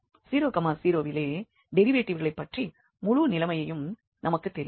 00 விலே டெரிவேட்டிவ்களைப் பற்றிய முழு நிலைமையும் நமக்கு தெரியும்